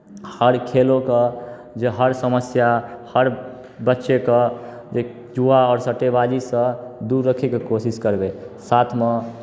हर खेलोके जे हर समस्या हर बच्चेकेँ जे जुआ आओर सट्टेबाजीसँ दूर रखयके कोशिश करबै साथमे